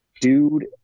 dude